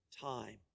time